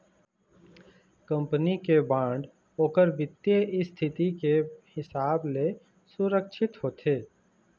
company के bond ओखर बित्तीय इस्थिति के हिसाब ले सुरक्छित होथे